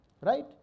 Right